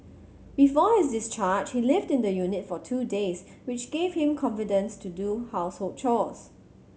before his discharge he lived in the unit for two days which gave him confidence to do household chores